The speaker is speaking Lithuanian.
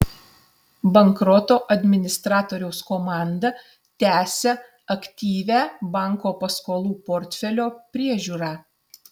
bankroto administratoriaus komanda tęsia aktyvią banko paskolų portfelio priežiūrą